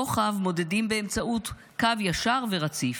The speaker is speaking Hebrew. רוחב מודדים באמצעות קו ישר ורציף,